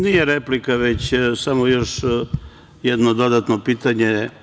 Nije replika, već samo još jedno dodatno pitanje.